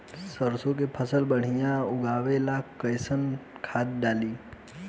सरसों के फसल बढ़िया उगावे ला कैसन खाद डाली?